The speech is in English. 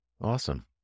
awesome